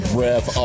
rev